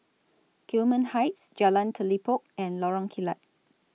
Gillman Heights Jalan Telipok and Lorong Kilat